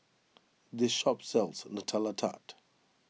this shop sells Nutella Tart